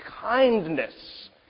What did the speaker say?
kindness